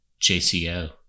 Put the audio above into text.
JCO